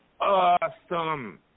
awesome